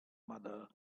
mother